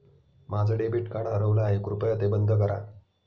माझं debit card हरवलं आहे, कृपया ते बंद करा